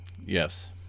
Yes